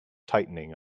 tightening